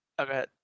Okay